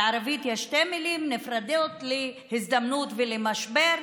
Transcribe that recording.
ובערבית יש שתי מילים נפרדות ל"הזדמנות" ול"משבר",